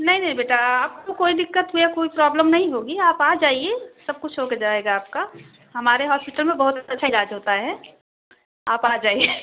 नहीं नहीं बेटा आपको कोई दिक्कत हो या कोई प्रॉब्लम नहीं होगी आप आ जाइए सब कुछ हो कर जाएगा आपका हमारे हॉस्पिटल में बहुत अच्छा इलाज होता है आप आ जाइए